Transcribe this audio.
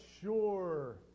sure